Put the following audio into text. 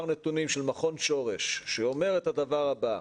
נתונים של מכון שורש שאומר את הדבר הבא,